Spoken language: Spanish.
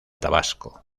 tabasco